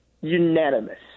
unanimous